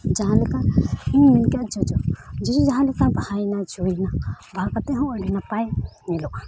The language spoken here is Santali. ᱡᱟᱦᱟᱸᱞᱮᱠᱟ ᱢᱮᱱ ᱠᱮᱜᱼᱟ ᱡᱚᱡᱚ ᱡᱚᱡᱚ ᱡᱟᱦᱟᱸ ᱞᱮᱠᱟ ᱵᱟᱦᱟᱭᱮᱱᱟ ᱡᱚᱭᱮᱱᱟ ᱵᱟᱦᱟ ᱠᱟᱛᱮᱫ ᱦᱚᱸ ᱟᱹᱰᱤ ᱱᱟᱯᱟᱭ ᱧᱮᱞᱚᱜᱼᱟ